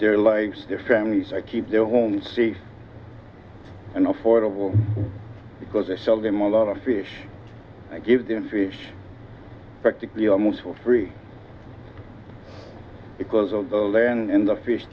their lives their families i keep their homes and affordable because i sell them a lot of fish i give them fish practically almost for free because of the land and the fish